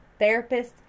therapists